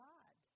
God